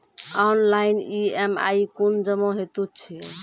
Online EMI कूना जमा हेतु छै?